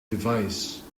device